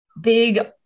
big